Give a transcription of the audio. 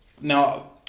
Now